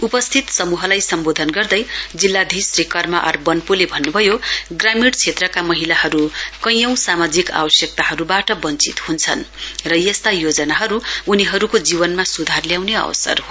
उपस्थित समूहलाई सम्वोधन गर्दै जिल्लाधीश श्री कर्मा आर बन्पोले भन्नुभयो ग्रामीण क्षेत्रका महिलाहरू कौयौं सामाजिक आवश्यकताहरूबाट वश्वित हुन्छन् र यस्ता योजनाहरू उनीहरूको जीवनमा सुधार ल्याउने अवसर हो